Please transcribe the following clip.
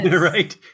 Right